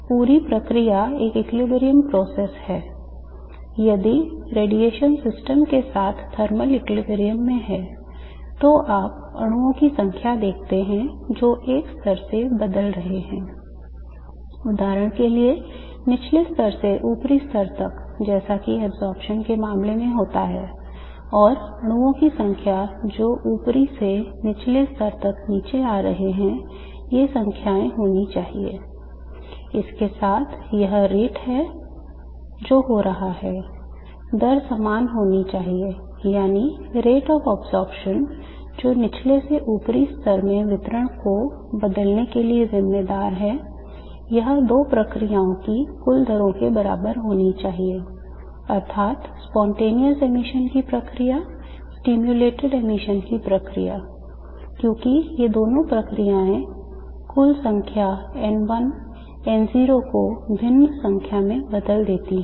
अब यदि रेडिएशन संतुलन की प्रक्रिया stimulated emission की प्रक्रिया क्योंकि ये दोनों प्रक्रियाएँ कुल संख्या N1 N0 को भिन्न संख्या में बदल देती हैं